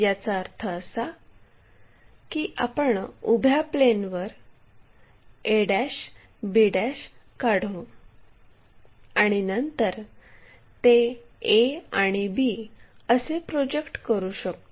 याचा अर्थ असा की आपण उभ्या प्लेनवर a' b काढू आणि नंतर ते a आणि b असे प्रोजेक्ट करू शकतो